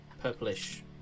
purplish